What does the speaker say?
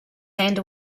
hand